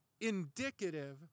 indicative